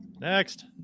Next